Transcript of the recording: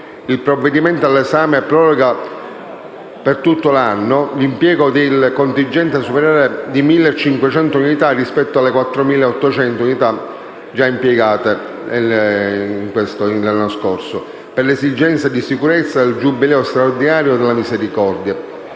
il provvedimento in esame proroga per tutto l'anno l'impiego di un contingente di ulteriori 1.500 unità, rispetto alle 4.800 unità di personale già impiegate l'anno scorso, per le esigenze di sicurezza connesse al Giubileo straordinario della misericordia